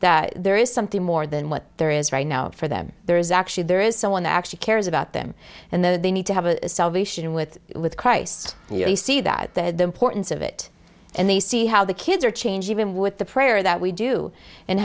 that there is something more than what there is right now for them there is actually there is someone actually cares about them and then they need to have a salvation with with christ and you see that they're the importance of it and they see how the kids are change even with the prayer that we do and